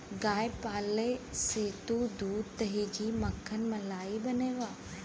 गाय पाले से तू दूध, दही, घी, मक्खन, मलाई पइबा